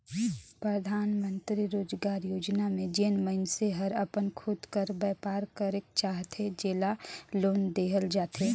परधानमंतरी रोजगार योजना में जेन मइनसे हर अपन खुद कर बयपार करेक चाहथे जेला लोन देहल जाथे